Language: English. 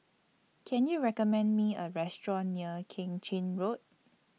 Can YOU recommend Me A Restaurant near Keng Chin Road